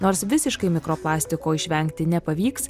nors visiškai mikroplastiko išvengti nepavyks